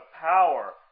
power